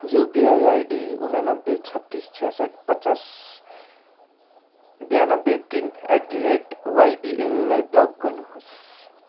UPI ID उन्ननब्बे छत्तिस छ्यासट्ठ पचास ब्यानब्बे तिन एट द रेट वाइबिएललाई ब्लक गर्नुहोस्